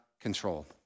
control